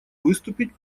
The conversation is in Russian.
выступить